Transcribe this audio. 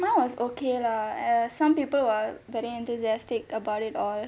mine was okay lah err some people were very enthusiastic about it all